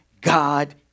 God